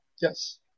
Yes